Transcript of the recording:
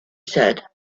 said